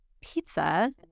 pizza